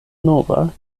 nova